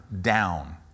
down